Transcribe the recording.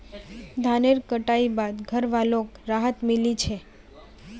धानेर कटाई बाद घरवालोक राहत मिली छे